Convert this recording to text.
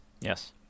Yes